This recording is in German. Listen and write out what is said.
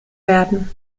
werden